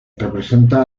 representa